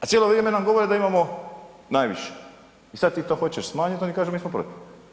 A cijelo vrijeme nam govore da imamo najviše i sad ti to hoćeš smanjiti, oni kažu mi smo protiv.